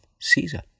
Caesar